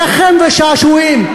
רחם ושעשועים.